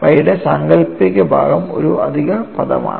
Y യുടെ സാങ്കൽപ്പിക ഭാഗം ഒരു അധിക പദമാണ്